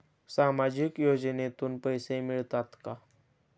सामाजिक योजनेतून पैसे मिळतात का?